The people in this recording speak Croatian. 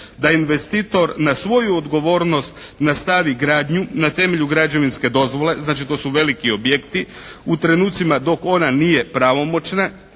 da investitor na svoju odgovornost nastavi gradnju na temelju građevinske dozvole, znači to su veliki objekti u trenucima dok ona nije pravomoćna